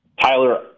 Tyler